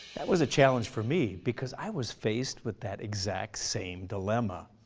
that was a challenge for me, because i was faced with that exact same dilemma.